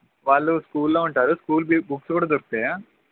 వాళ్ళు స్కూల్లో ఉంటారు స్కూల్వి బుక్స్ కూడా దొరుకుతాయా